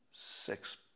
six